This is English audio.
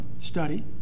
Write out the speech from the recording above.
study